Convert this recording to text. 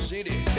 City